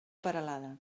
peralada